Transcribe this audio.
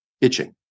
Itching